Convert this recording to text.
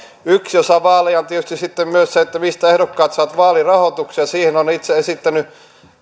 yksi osa vaaleja on tietysti sitten myös se että mistä ehdokkaat saavat vaalirahoituksen ja siihen olen itse esittänyt